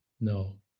no